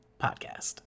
podcast